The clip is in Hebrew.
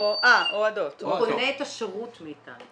הוא קונה את השירות מאיתנו.